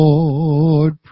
Lord